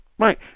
Right